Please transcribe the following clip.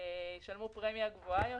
ישלמו פרמיה גבוהה יותר.